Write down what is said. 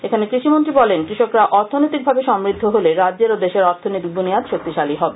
এথানে কৃষিমন্ত্রী বলেন কৃষকরা অর্থনৈতিকভাবে সমৃদ্ধ হলে রাজ্যের ও দেশের অর্থনৈতিক বুনিয়াদ শক্তিশালী হবে